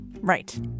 Right